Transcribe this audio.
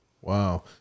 Wow